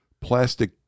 plastic